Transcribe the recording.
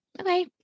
Okay